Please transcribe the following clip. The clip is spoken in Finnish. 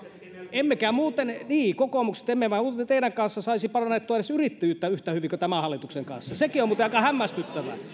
emmekä muuten niin kokoomus emme teidän kanssanne saisi parannettua edes yrittäjyyttä yhtä hyvin kuin tämän hallituksen kanssa sekin on muuten aika hämmästyttävää